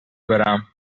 برم